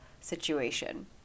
situation